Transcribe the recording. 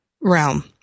realm